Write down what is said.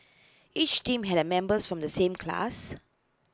each team had members from the same class